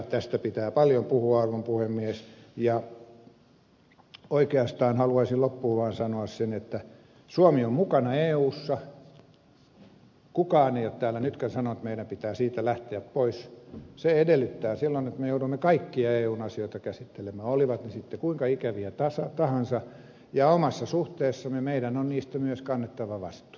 tästä pitää paljon puhua arvon puhemies ja oikeastaan haluaisin loppuun vaan sanoa sen että suomi on mukana eussa kukaan ei ole täällä nytkään sanomassa että meidän pitää siitä lähteä pois ja se edellyttää silloin että me joudumme kaikkia eun asioita käsittelemään olivat ne sitten kuinka ikäviä tahansa ja omassa suhteessamme meidän on niistä myös kannettava vastuu